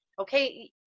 okay